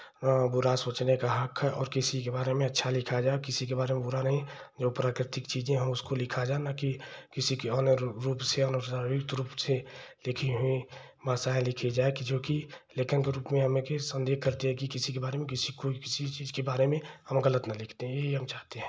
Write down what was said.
बुरा सोचने का हक है और किसी के बारे में अच्छा लिखा जाए और किसी के बारे में बुरा नहीं जो प्राकृतिक चीज़ें हैं उसको लिखा जाए नाकि किसी के अन्य रूप से अनुसारित रूप से लिखी हुई लिखी भाषाएँ लिखी जाए जोकि लेखन के रूप में किसी के बारे में किसी को किसी चीज़ के बारे में हम गलत ना लिख दें यही हम चाहते हैं